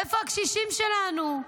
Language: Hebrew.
איפה הקשישים שלנו?